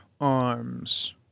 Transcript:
arms